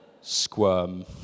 squirm